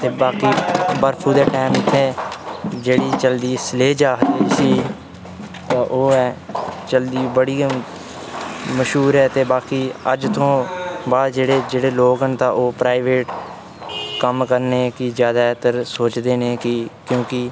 बाकी बर्फू दे टैम इत्थै जेह्ड़ी चलदी स्लेज आखदे जिसी ओह् ऐ चलदी बड़ी गै मश्हूर ऐ ते बाकी अज्ज थूं बाद जेह्ड़े लोक न ओह् प्राइवेट कम्म करने गी जादातर सोचदे न की क्योंकी